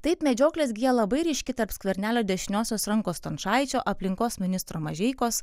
taip medžioklės gija labai ryški tarp skvernelio dešiniosios rankos stončaičio aplinkos ministro mažeikos